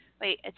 wait